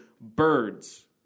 BIRDS